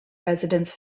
residence